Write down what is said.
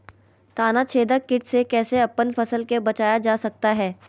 तनाछेदक किट से कैसे अपन फसल के बचाया जा सकता हैं?